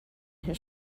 his